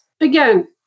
again